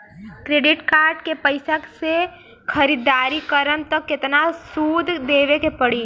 Credit card के पैसा से ख़रीदारी करम त केतना सूद देवे के पड़ी?